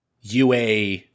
UA